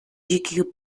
dzikich